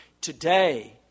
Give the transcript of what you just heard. Today